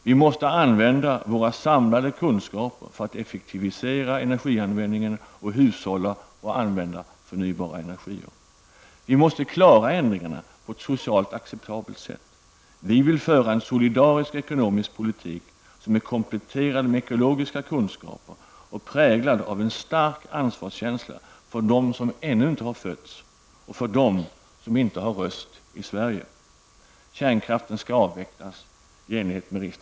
Vi måste använda våra samlade kunskaper för att effektivisera energianvändningen och hushålla och använda förnybara energislag. Vi måste klara ändringarna på ett socialt acceptabelt sätt. Vi vill föra en solidarisk ekonomisk politik, kompletterad med ekologiska kunskaper och präglad av en stark ansvarskänsla för dem som ännu inte har fötts och dem som inte har röst i Sverige.